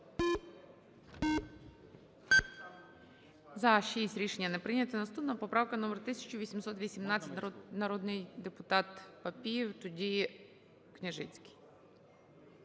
За-6 Рішення не прийнято. Наступна поправка номер 1818. Народний депутат Папієв. Тоді – Княжицький.